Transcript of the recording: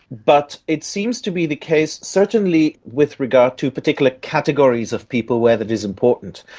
but it seems to be the case, certainly with regard to particular categories of people where that is important.